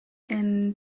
энэ